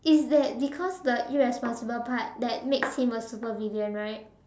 it's that because the irresponsible part that makes him a supervillain right